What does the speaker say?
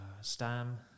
Stam